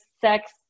sex